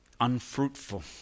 unfruitful